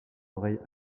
oreille